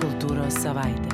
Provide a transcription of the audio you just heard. kultūros savaitė